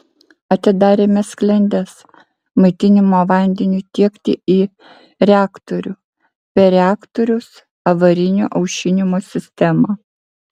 atidarėme sklendes maitinimo vandeniui tiekti į reaktorių per reaktoriaus avarinio aušinimo sistemą